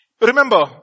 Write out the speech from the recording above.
Remember